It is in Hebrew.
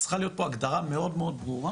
צריכה להיות פה הגדרה מאוד מאוד ברורה